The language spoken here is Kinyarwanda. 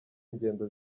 ingendo